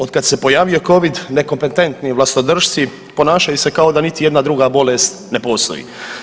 Od kad se pojavio covid nekompetentni vlastodršci ponašaju se kao da niti jedna druga bolest ne postoji.